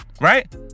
right